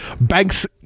Banks